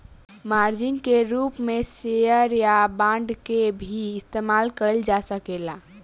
margin के रूप में शेयर या बांड के भी इस्तमाल कईल जा सकेला